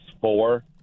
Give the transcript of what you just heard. four